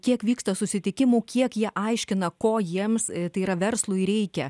kiek vyksta susitikimų kiek jie aiškina ko jiems tai yra verslui reikia